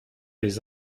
les